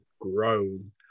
grown